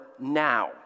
now